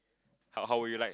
how how would you like